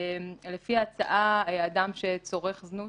לפי ההצעה, אדם שצורך זנות